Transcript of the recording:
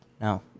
No